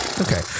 Okay